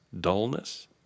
dullness